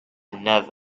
nerve